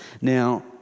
Now